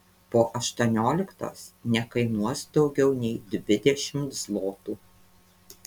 po aštuonioliktos nekainuos daugiau nei dvidešimt zlotų